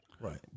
right